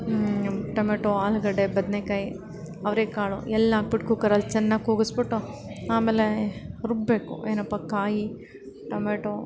tomato ಆಲೂಗಡ್ಡೆ ಬದ್ನೆಕಾಯಿ ಅವರೇಕಾಳು ಎಲ್ಲ ಹಾಕ್ಬಿಟ್ಟು ಕುಕ್ಕರಲ್ಲಿ ಚೆನ್ನಾಗಿ ಕೂಗಿಸ್ಬಿಟ್ಟು ಆಮೇಲೆ ರುಬ್ಬಬೇಕು ಏನಪ್ಪ ಕಾಯಿ ಟೊಮೊಟೊ